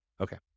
Okay